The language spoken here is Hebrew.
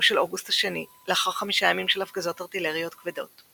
של אוגוסט השני לאחר חמישה ימים של הפגזות ארטילריות כבדות.